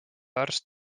arst